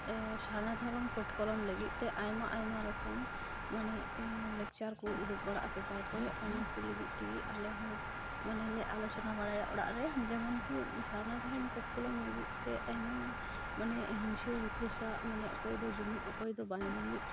ᱥᱟᱨᱱᱟ Dharam code ᱠᱚᱞᱚᱢ ᱞᱟᱹᱜᱤᱫᱛᱮ ᱟᱭᱢᱟᱼᱟᱭᱢᱟ ᱨᱚᱠᱚᱢ ᱢᱟᱱᱮ ᱞᱮᱠᱪᱟᱨᱠᱚ ᱚᱰᱳᱠᱵᱟᱲᱟᱜᱼᱟ ᱯᱮᱯᱟᱨ ᱠᱚᱨᱮ ᱚᱱᱟᱠᱚ ᱞᱟᱹᱜᱤᱫᱛᱮᱜᱮ ᱟᱞᱮᱦᱚᱸ ᱢᱟᱱᱮᱞᱮ ᱟᱞᱳᱪᱚᱱᱟ ᱵᱟᱲᱟᱭᱟ ᱚᱲᱟᱜᱨᱮ ᱡᱮᱢᱚᱱᱠᱤ ᱥᱟᱨᱱᱟ ᱫᱷᱚᱨᱚᱢ ᱠᱳᱰ ᱠᱚᱞᱚᱢ ᱞᱟᱹᱜᱤᱫᱛᱮ ᱟᱭᱢᱟ ᱢᱟᱱᱮ ᱦᱤᱝᱥᱟᱹ ᱦᱤᱯᱟᱹᱥᱟ ᱢᱟᱱᱮ ᱚᱠᱚᱭᱫᱚ ᱡᱩᱢᱤᱫ ᱚᱠᱚᱭᱫᱚ ᱵᱟᱝ ᱡᱩᱢᱤᱫ